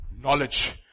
knowledge